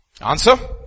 Answer